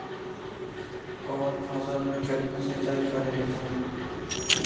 कवन फसल में केतना सिंचाई करेके चाही?